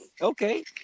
Okay